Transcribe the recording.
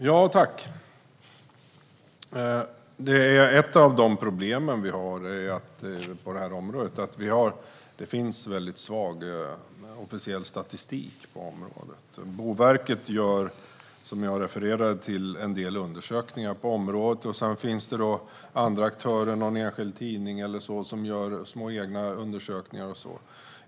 Herr talman! Ett av problemen på området är att den officiella statistiken på området är svag. Boverket gör, som jag refererade till, en del undersökningar på området. Sedan finns andra aktörer, någon enskild tidning, som gör små egna undersökningar.